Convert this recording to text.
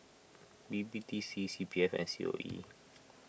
B B D C C P F and C O E